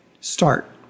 start